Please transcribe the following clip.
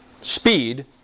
speed